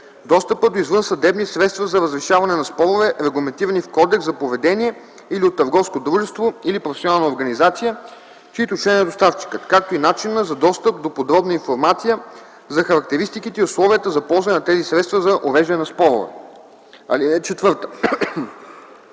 достъпа до извънсъдебни средства за разрешаване на спорове, регламентирани в кодекс за поведение или от търговско дружество или професионална организация, чийто член е доставчикът, както и начина за достъп до подробна информация за характеристиките и условията за ползване на тези средства за уреждане на спорове. (4) Информацията,